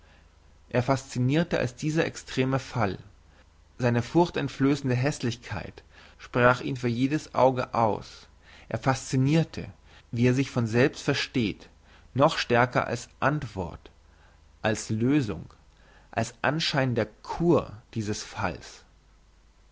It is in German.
er fascinirte als dieser extreme fall seine furchteinflössende hässlichkeit sprach ihn für jedes auge aus er fascinirte wie sich von selbst versteht noch stärker als antwort als lösung als anschein der kur dieses falls